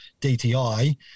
DTI